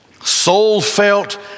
soul-felt